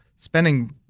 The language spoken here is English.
spending